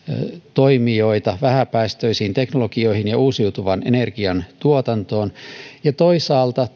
toimijoita vähäpäästöisiin teknologioihin ja uusiutuvan energian tuotantoon ja toisaalta